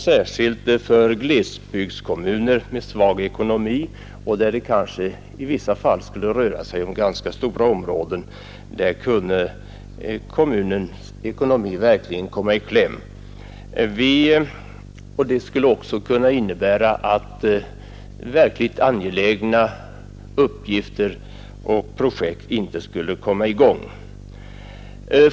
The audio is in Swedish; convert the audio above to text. Särskilt för glesbygdskommuner med svag ekonomi, där det kanske i vissa fall skulle röra sig om ganska stora områden, kunde kommunens ekonomi verkligen komma i kläm. Det skulle också kunna leda till att verkligt angelägna uppgifter och projekt inte skulle komma i gång.